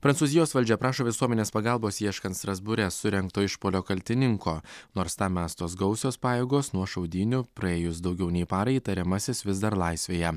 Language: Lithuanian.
prancūzijos valdžia prašo visuomenės pagalbos ieškant strasbūre surengto išpuolio kaltininko nors tam mestos gausios pajėgos nuo šaudynių praėjus daugiau nei parai įtariamasis vis dar laisvėje